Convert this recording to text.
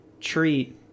treat